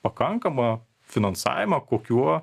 pakankamą finansavimą kokiuo